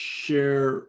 share